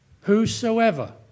Whosoever